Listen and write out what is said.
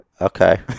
Okay